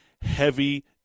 heavy